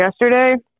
yesterday